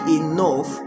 enough